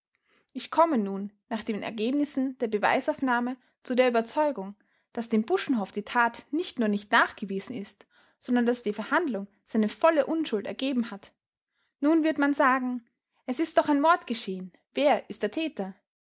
ich komme nun nach den ergebnissen der beweisaufnahme zu der überzeugung daß dem buschhoff die tat nicht nur nicht nachgewiesen ist sondern daß die verhandlung seine volle unschuld ergeben hat nun wird man sagen es ist doch ein mord geschehen wer ist der täter